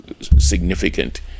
significant